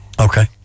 Okay